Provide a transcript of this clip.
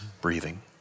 breathing